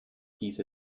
diese